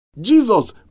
Jesus